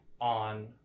on